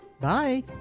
Bye